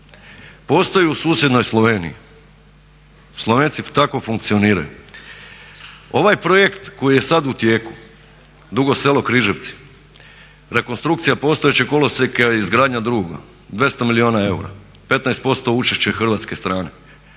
postoji u susjednoj Sloveniji. Slovenci tako funkcioniraju. Ovaj projekt koji je sada u tijeku Dugo Selo-Križevci, rekonstrukcija postojećeg kolosijeka, izgradnja drugoga 200 milijuna eura, 15% učešće hrvatske strane.